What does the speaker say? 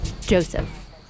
Joseph